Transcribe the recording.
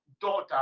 daughter